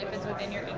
it's within your